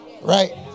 Right